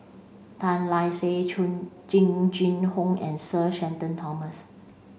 Tan Lark Sye Jing Jing Hong and Sir Shenton Thomas